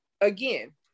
again